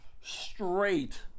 straight